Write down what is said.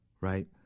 Right